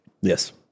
Yes